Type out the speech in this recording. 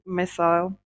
missile